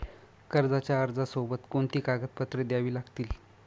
कर्जाच्या अर्जासोबत कोणती कागदपत्रे द्यावी लागतील?